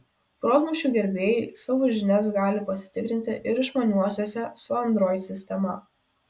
protmūšių gerbėjai savo žinias gali pasitikrinti ir išmaniuosiuose su android sistema